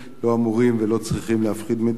לא אמורים ולא צריכים להפחיד מדינה.